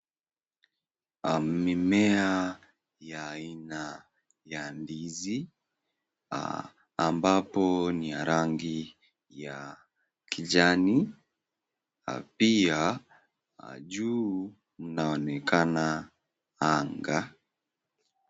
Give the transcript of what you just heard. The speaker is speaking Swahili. Mimea ya aina ya ndizi ambapo ni ya rangi ya kijani. Pia juu kunaonekana anga.